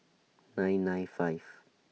nine nine five